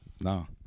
No